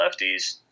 lefties